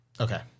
Okay